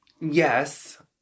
Yes